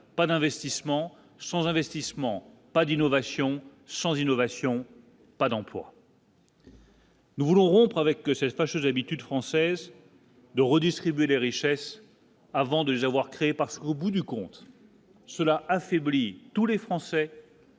pas d'investissement sans investissement, pas d'innovation sans innovation, pas d'emploi. Nous voulons rompre avec cette fâcheuse habitude française. De redistribuer les richesses, avant de les avoir créées parce qu'au bout du compte, cela affaiblit tous les Français.